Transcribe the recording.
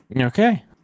Okay